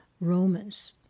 Romans